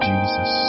Jesus